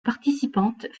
participantes